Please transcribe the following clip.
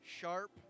sharp